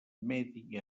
medi